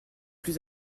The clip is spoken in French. plus